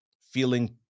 feeling